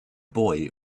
boy